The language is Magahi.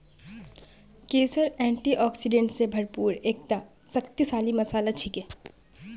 केसर एंटीऑक्सीडेंट स भरपूर एकता शक्तिशाली मसाला छिके